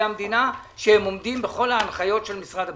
המדינה שהם עומדים בכל ההנחיות של משרד הבריאות,